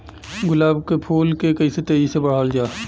गुलाब क फूल के कइसे तेजी से बढ़ावल जा?